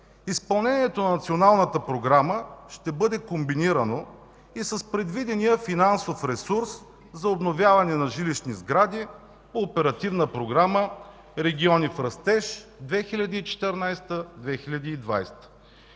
изпълнението на Националната програма ще бъде комбинирано и с предвидения финансов ресурс за обновяване на жилищни сгради по Оперативна програма „Региони в растеж” 2014–2020